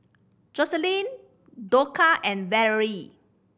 Joselin Dorcas and Valerie